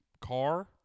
car